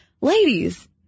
ladies